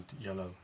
yellow